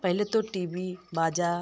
पहले तो T B बाजा